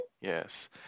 Yes